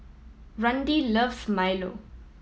Randi loves milo